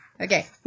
Okay